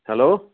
hello